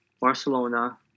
Barcelona